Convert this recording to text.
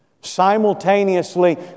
simultaneously